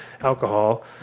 alcohol